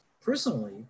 Personally